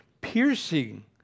piercing